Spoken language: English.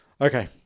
Okay